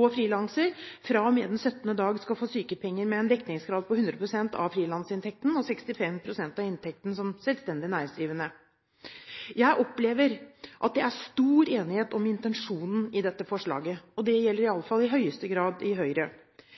og frilanser fra og med den 17. dag, skal få sykepenger med en dekningsgrad på 100 pst. av frilansinntekten og 65 pst. av inntekten som selvstendig næringsdrivende. Jeg opplever at det er stor enighet om intensjonen i dette forslaget, og det gjelder